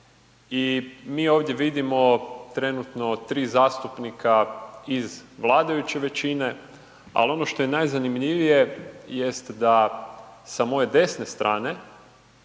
i mi ovdje vidimo trenutno 3 zastupnika iz vladajuće većine ali ono što je najzanimljivije jest da sa moje desne strane,